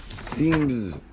seems